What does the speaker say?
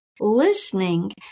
listening